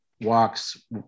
walks